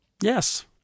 Yes